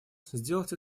сделать